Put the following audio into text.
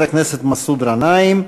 חבר הכנסת מסעוד גנאים.